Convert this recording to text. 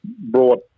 brought